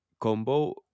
combo